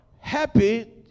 happy